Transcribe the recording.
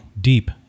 deep